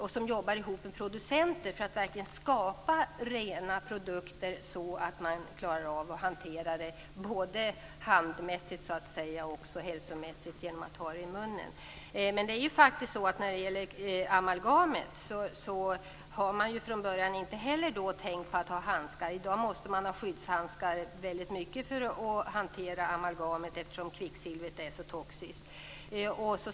De jobbar ihop med producenter för att verkligen skapa rena produkter som man klarar av att hantera med händerna och som man klarar av hälsomässigt genom att ha dem i munnen. Men när det gäller amalgamet har man ju från början inte heller tänkt på att ha handskar. I dag måste man ha skyddshandskar när man hanterar amalgam eftersom kvicksilvret är så toxiskt.